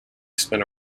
spent